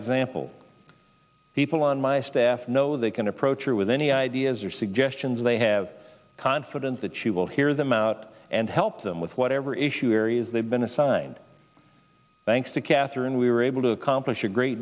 example people on my staff know they can approach it with any ideas or suggestions they have confidence that she will hear them out and help them with whatever issue areas they've been assigned thanks to catch and we were able to accomplish a great